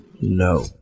No